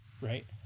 right